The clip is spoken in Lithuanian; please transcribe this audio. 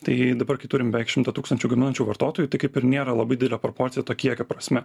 tai dabar kai turim beveik šimtą tūkstančių gaminančių vartotojų tai kaip ir nėra labai didelė proporcija to kiekio prasme